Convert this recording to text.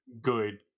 good